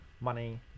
money